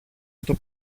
στο